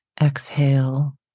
exhale